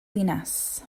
ddinas